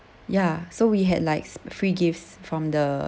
ya so we had like free gifts from the